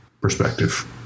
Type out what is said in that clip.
perspective